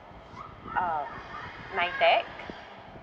um NITEC